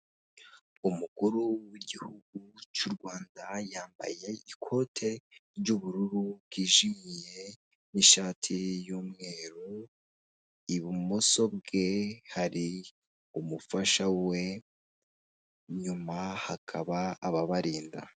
Umukuru w'igihugu cy'u Rwanda yambaye ikote ry'ubururu bwijimye, n'ishati y'umweru, ibumoso bwe hari umufasha we, inyuma hakaba ababarinda.